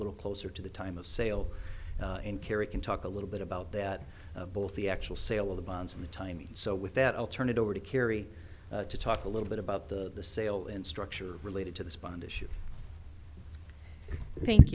little closer to the time of sale and kerry can talk a little bit about that both the actual sale of the bonds and the timing so with that i'll turn it over to kerry to talk a little bit about the sale in structure related to this bond issue thank